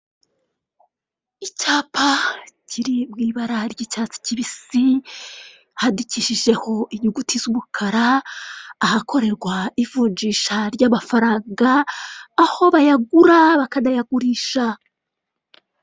Icyapa kiri mu ibara ry'icyatsi kibisi handikishijweho inyuguti z'umukara, ahakorerwa ivunjisha ry'amafaranga aho bayagura bakanayagurisha.